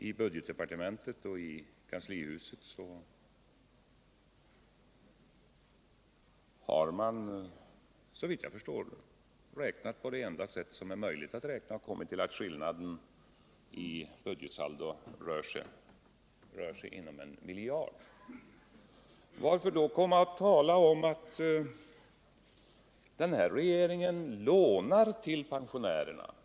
I budgetdepartementet och kanslihuset har man, såvitt jag förstår, räknat på det enda sätt som är rimligt och kommit fram till att skillnaden i budgetsaldot rör sig om 1 miljard. Varför då tala om att denna regering lånar till pensionerna?